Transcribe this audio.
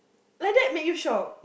like that made you shock